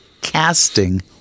casting